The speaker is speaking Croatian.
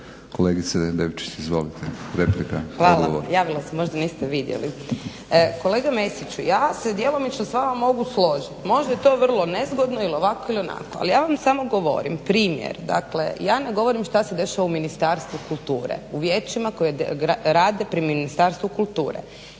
**Komparić Devčić, Ana (SDP)** Hvala javila sam se, možda niste vidjeli. Kolega Mesiću ja se djelomično s vama mogu složiti. Možda je to vrlo nezgodno ili ovako ili onako, ali ja vam samo govorim primjer dakle ja ne govorim što se dešava u Ministarstvu kulture, u vijećima koja rade pri Ministarstvu kulture.